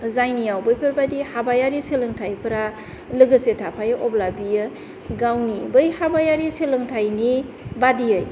जायनियाव बैफोरबादि हाबायारि सोलोंथाइफोरा लोगोसे थाफायो अब्ला बियो गावनि बै हाबायारि सोलोंथाइनि बादियै